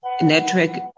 network